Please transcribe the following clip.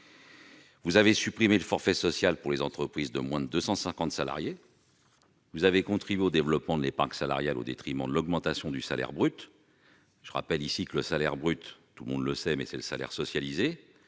Vous avez supprimé le forfait social pour les entreprises de moins de 250 salariés, contribuant au développement de l'épargne salariale, au détriment de l'augmentation du salaire brut. Or je rappelle que le salaire brut, c'est le salaire socialisé,